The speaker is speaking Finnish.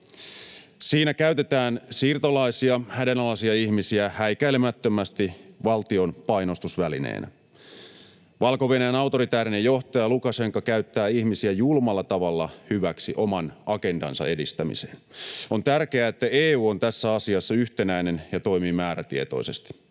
Siinä käytetään siirtolaisia, hädänalaisia ihmisiä, häikäilemättömästi valtion painostusvälineenä. Valko-Venäjän autoritäärinen johtaja Lukašenka käyttää ihmisiä julmalla tavalla hyväksi oman agendansa edistämiseen. On tärkeää, että EU on tässä asiassa yhtenäinen ja toimii määrätietoisesti.